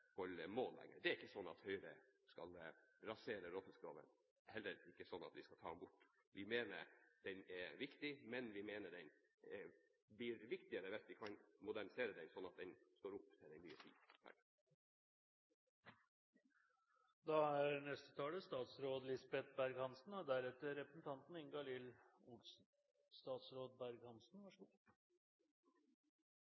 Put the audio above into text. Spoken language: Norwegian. sånn at Høyre skal rasere råfiskloven, og heller ikke sånn at vi skal ta den bort. Vi mener den er viktig, men vi mener den blir viktigere hvis vi kan modernisere den så den står opp til den nye tid. Formålet med denne meldingen er å orientere Stortinget om gjennomføring av råfiskloven og